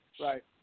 Right